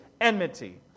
enmity